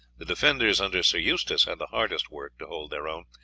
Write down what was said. the defenders under sir eustace had the hardest work to hold their own,